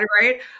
right